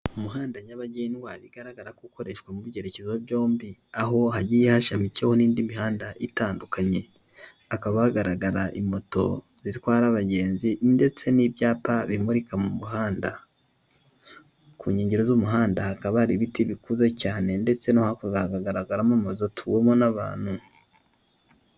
Umuhanda nyabagendwa bigaragara ko ukoreshwa mu byerekezo byombi, aho hagiye hashamikiweho n'indi mihanda itandukanye, hakaba hagaragara imoto zitwara abagenzi ndetse n'ibyapa bimurika mu muhanda, ku nkengero z'umuhanda hakaba hari ibiti bikuze cyane ndetse no hakurya hakagaragaramo amazu atuwemo n'abantu.